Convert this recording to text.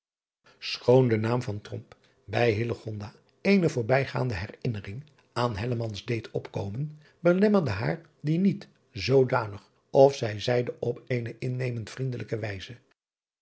et leven van illegonda uisman eene voorbijgaande herinnering aan deed opkomen belemmerde haar die niet zoodanig of zij zeide op eene innemend vriendelijke wijze